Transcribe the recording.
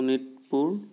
Sonitpur